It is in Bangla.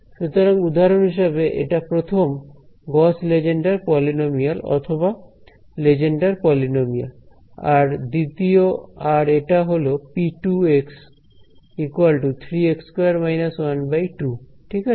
সুতরাং উদাহরণ হিসেবে এটা প্রথম গস লেজেন্ডার পলিনোমিয়াল অথবা লেজেন্ডার পলিনোমিয়াল এটা দ্বিতীয় আর এটা হল p2 3x 2 − 1 2 ঠিক আছে